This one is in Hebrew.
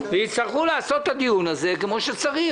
יצטרכו לקיים את הדיון הזה כפי שצריך,